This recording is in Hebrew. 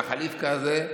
מהחליפק'ה הזה,